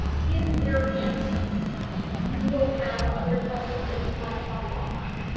in their answer you will have other questions that you want to follow up on.